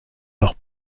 leurs